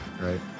right